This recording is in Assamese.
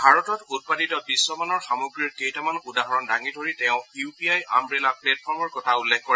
ভাৰতত উৎপাদিত বিশ্বমানৰ সামগ্ৰীৰ কেইটামান উদাহৰণ দাঙি ধৰি তেওঁ ইউ পি আই আমব্ৰেলা প্লেটফৰ্মৰ কথা উল্লেখ কৰে